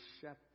shepherd